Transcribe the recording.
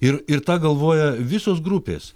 ir ir tą galvoja visos grupės